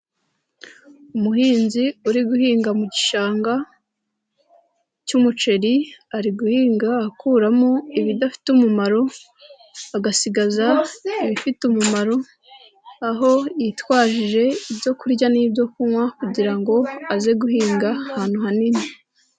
Umuhinzi uri guhinga mu gishanga cy'umuceri ari guhinga akuramo ibidafite umumaro agasigaza ibifite umumaro aho yitwajije ibyo kurya n'ibyo kunywa kugira ngo aze guhinga ahantu hanini.